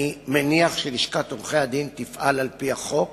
אני מניח שלשכת עורכי-הדין תפעל על-פי החוק